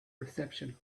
reception